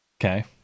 Okay